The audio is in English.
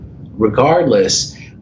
regardless